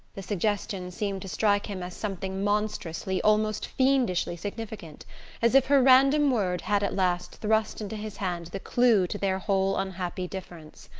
the suggestion seemed to strike him as something monstrously, almost fiendishly significant as if her random word had at last thrust into his hand the clue to their whole unhappy difference.